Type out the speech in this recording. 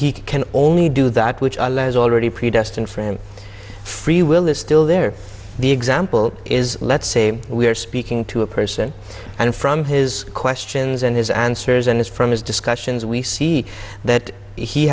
he can only do that which our lives already predestined for him free will is still there the example is let's say we're speaking to a person and from his questions and his answers and his from his discussions we see that he